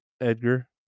Edgar